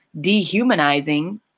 dehumanizing